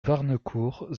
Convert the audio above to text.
warnecourt